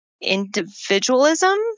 individualism